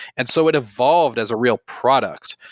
and so it evolved as a real product.